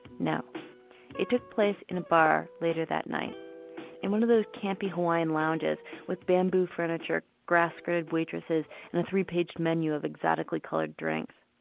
it took place in a bar later that night in one of those campy hawaiian lounges with bamboo furniture, grass skirted waitresses and a three page menu of exotically coloured drinks.